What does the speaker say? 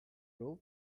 rope